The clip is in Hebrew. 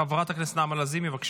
חברת הכנסת נעמה לזימי, בבקשה.